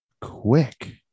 quick